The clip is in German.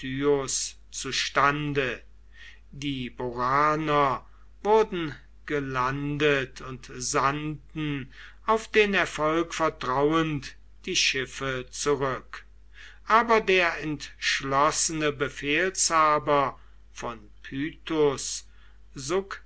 die boraner wurden gelandet und sandten auf den erfolg vertrauend die schiffe zurück aber der entschlossene befehlshaber von